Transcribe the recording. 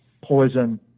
poison